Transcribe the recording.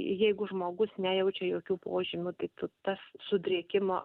jeigu žmogus nejaučia jokių požymių tai tu tas sudrėkimo